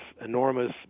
enormous